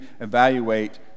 evaluate